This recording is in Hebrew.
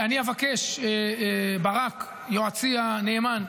אני אבקש: ברק יועצי הנאמן,